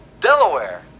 Delaware